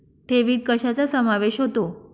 ठेवीत कशाचा समावेश होतो?